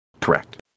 Correct